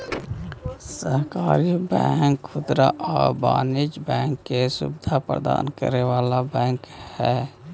सहकारी बैंक खुदरा आउ वाणिज्यिक बैंकिंग के सुविधा प्रदान करे वाला बैंक हइ